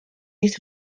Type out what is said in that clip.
use